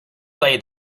play